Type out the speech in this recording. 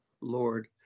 Lord